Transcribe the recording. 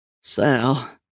Sal